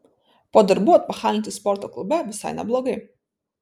po darbų atpachalinti sporto klube visai neblogai